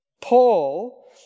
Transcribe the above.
Paul